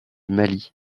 mali